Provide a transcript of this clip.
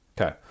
Okay